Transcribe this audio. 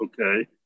okay